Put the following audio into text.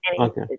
Okay